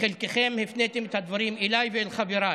חלקכם הפניתם את הדברים אליי ואל חבריי.